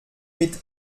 mit